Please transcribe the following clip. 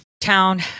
town